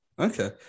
Okay